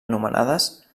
anomenades